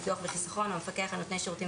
ביטוח וחיסכון או המפקח על נותני שירותים